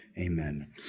Amen